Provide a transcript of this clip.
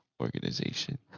organization